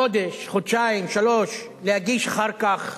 חודש, חודשיים, שלושה חודשים, להגיש אחר כך